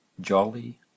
jolly